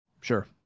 Sure